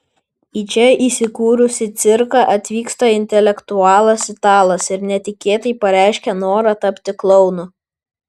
į čia įsikūrusį cirką atvyksta intelektualas italas ir netikėtai pareiškia norą tapti klounu